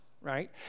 right